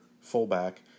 fullback